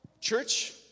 Church